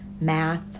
math